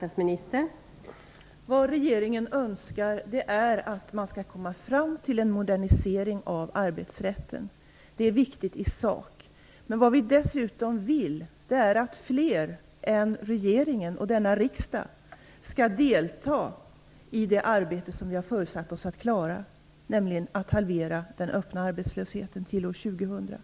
Fru talman! Vad regeringen önskar är att man skall komma fram till en modernisering av arbetsrätten. Det är viktigt i sak. Vad vi dessutom vill är att fler än bara regeringen och denna riksdag skall delta i det arbete som vi har föresatt oss att klara, nämligen att halvera den öppna arbetslösheten till år 2000.